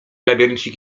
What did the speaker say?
labiryncik